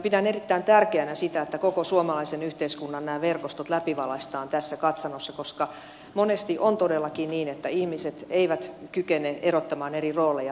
pidän erittäin tärkeänä sitä että koko suomalaisen yhteiskunnan nämä verkostot läpivalaistaan tässä katsannossa koska monesti on todellakin niin että ihmiset eivät kykene erottamaan eri rooleja toisistaan